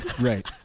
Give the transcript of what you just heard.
Right